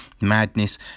madness